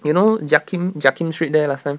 you know jiak kim jiak kim street there last time